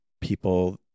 people